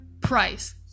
price